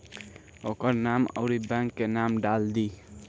ओकर नाम अउरी बैंक के नाम डाल दीं